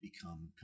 become